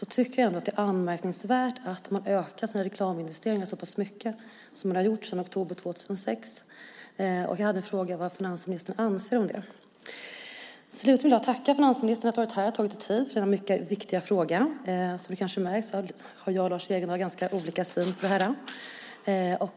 Det är anmärkningsvärt att man har ökat sina reklaminvesteringar så pass mycket som man har gjort sedan oktober 2006. Jag vill fråga vad finansministern anser om det. Jag vill tacka finansministern för att han har varit här och tagit sig tid för den här mycket viktiga frågan. Som det kanske märks har jag och Lars Wegendal ganska olika syn på den.